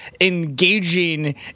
engaging